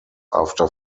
after